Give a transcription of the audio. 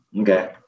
Okay